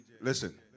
listen